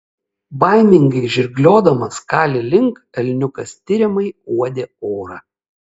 baimingai žirgliodamas kali link elniukas tiriamai uodė orą